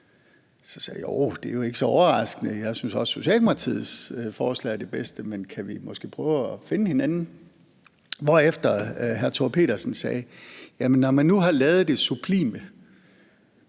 Så sagde jeg: Ja, det er jo ikke så overraskende, jeg synes også, Socialdemokratiets forslag er det bedste, men kan vi måske prøve at finde hinanden? Herefter sagde Thor Pedersen: Jamen når man nu har lavet det sublime,